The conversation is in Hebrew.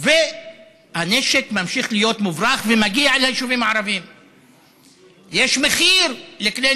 שפעמים רבות משחררים חשודים ועצורים ממעצר עד לתחילת